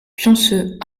pionceux